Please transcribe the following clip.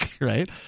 Right